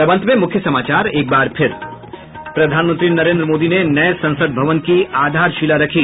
और अब अंत में मुख्य समाचार एक बार फिर प्रधानमंत्री नरेन्द्र मोदी ने नये संसद भवन की आधारशिला रखी